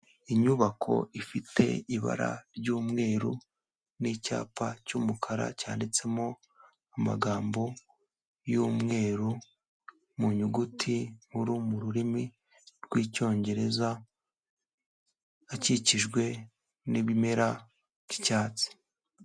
Inyubako ifite ibara ry'umweru n'icyapa cy'umukara cyanditsemo amagambo y'umweru mu nyuguti nkuru mu rurimi rw'icyongereza akikijwe nibimera by'icyatsi.